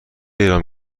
اعلام